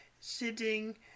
sitting